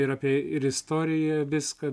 ir apie ir istoriją viską